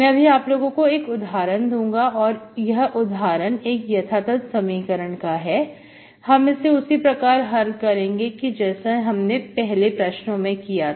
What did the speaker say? मैं अभी आप लोगों को एक उदाहरण दूंगा यह उदाहरण एक यथातथ समीकरण का है हम इसे उसी प्रकार हल करेंगे जैसा हमने पहले प्रश्नों में किया था